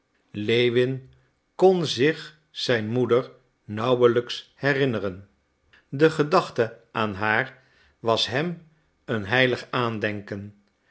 lewin kon zich zijn moeder nauwelijks herinneren de gedachte aan haar was hem een heilig aandenken